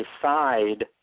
decide